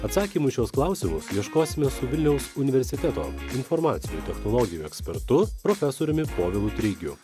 atsakymų į šiuos klausimus ieškosime su vilniaus universiteto informacinių technologijų ekspertu profesoriumi povilu treigiu